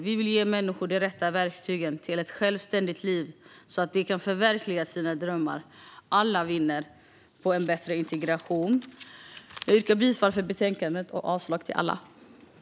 Vi vill ge människor de rätta verktygen för ett självständigt liv så att de kan förverkliga sina drömmar. Alla vinner på en bättre integration. Jag yrkar bifall till utskottets förslag i betänkandet och avslag på alla reservationer.